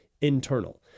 internal